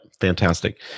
Fantastic